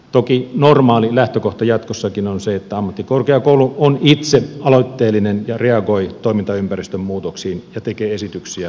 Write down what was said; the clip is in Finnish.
toki normaali lähtökohta jatkossakin on se että ammattikorkeakoulu on itse aloitteellinen ja reagoi toimintaympäristön muutoksiin ja tekee esityksiä ministeriön suuntaan